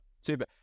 super